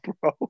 bro